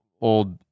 old